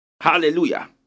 Hallelujah